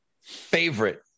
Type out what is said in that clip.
favorite